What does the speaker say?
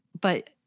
But-